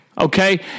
Okay